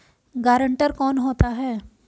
Guarantor कौन होता है?